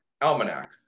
Almanac